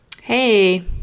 Hey